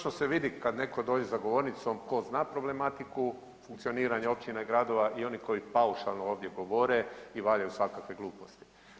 Točno se vidi kad netko dođe za govornicu tko zna problematiku funkcioniranja općina i gradova i oni koji paušalno ovdje govore i valjaju svakakve gluposti.